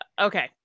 Okay